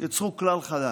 יצרו כלל חדש: